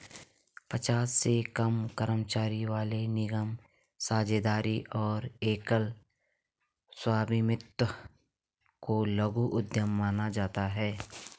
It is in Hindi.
पचास से कम कर्मचारियों वाले निगमों, साझेदारी और एकल स्वामित्व को लघु उद्यम माना जाता है